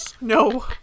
No